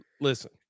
listen